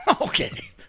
Okay